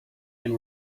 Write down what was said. and